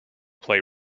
play